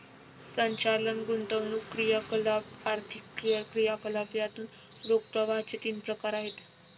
संचालन, गुंतवणूक क्रियाकलाप, आर्थिक क्रियाकलाप यातून रोख प्रवाहाचे तीन प्रकार आहेत